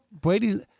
Brady